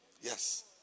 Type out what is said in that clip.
Yes